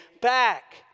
back